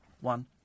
one